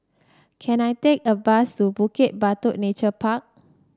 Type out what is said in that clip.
can I take a bus to Bukit Batok Nature Park